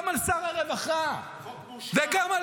גם על שר הרווחה -- זאת בושה, זה חוק מושחת.